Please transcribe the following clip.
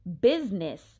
business